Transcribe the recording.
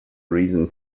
reason